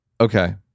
Okay